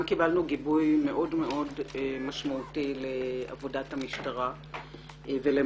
גם קיבלנו גיבוי מאוד מאוד משמעותי לעבודת המשטרה ולמעמדה,